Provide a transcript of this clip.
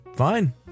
Fine